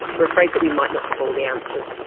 we are afraid that we might not have all the answers.